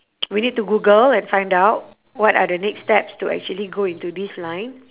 we need to google and find out what are the next steps to actually go into this line